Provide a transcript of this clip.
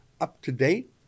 up-to-date